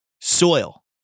Soil